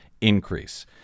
increase